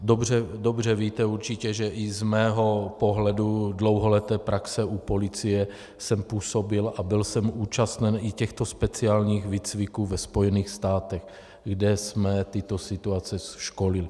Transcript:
Určitě dobře víte, že i z mého pohledu dlouholeté praxe u policie jsem působil a byl jsem účasten i těchto speciálních výcviků ve Spojených státech, kde jsme tyto situace školili.